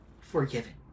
forgiven